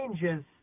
changes